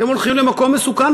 אתם הולכים למקום מסוכן,